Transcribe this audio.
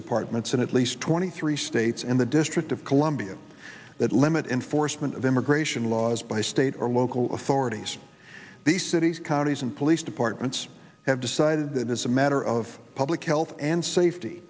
departments in at least twenty three states and the district of columbia that limit enforcement of immigration laws by state or local authorities the cities counties and police departments have decided that is a matter of public health and safety